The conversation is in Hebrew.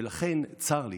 ולכן צר לי,